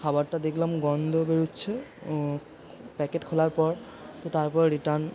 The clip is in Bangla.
খাবারটা দেখলাম গন্ধ বেরোচ্ছে প্যাকেট খোলার পর তো তারপরে রিটার্ন